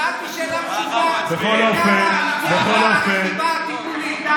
שאלתי שאלה פשוטה: בכמה התייקרה הרכיבה הטיפולית?